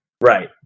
Right